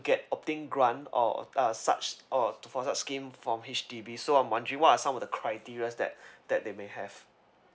get opting grant or uh such or for such scheme from H_D_B so I'm wondering what are some of the criterias that that they may have